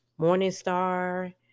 Morningstar